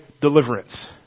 deliverance